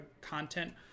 content